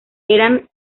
eran